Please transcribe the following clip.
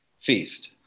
feast